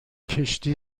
کشتی